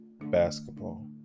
basketball